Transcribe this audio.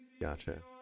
Gotcha